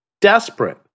desperate